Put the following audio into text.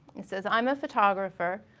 it says i'm a photographer,